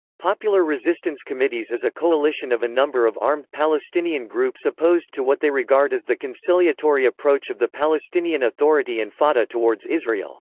popular resistance committees is a coalition of a number of armed palestinian groups opposed to what they regard as the conciliatory approach of the palestinian authority and fatah towards israel.